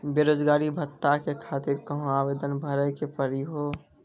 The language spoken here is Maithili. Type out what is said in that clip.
बेरोजगारी भत्ता के खातिर कहां आवेदन भरे के पड़ी हो?